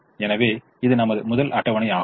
எனவே இது நமது முதல் அட்டவணை ஆகும்